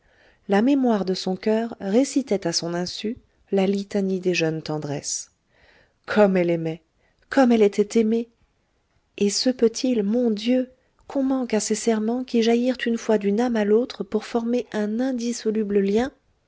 la mémoire de son coeur récitait à son insu la litanie des jeunes tendresses comme elle aimait comme elle était aimée et se peut-il mon dieu qu'on manque à ces serments qui jaillirent une fois d'une âme à l'autre pour former un indissoluble lien